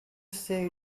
say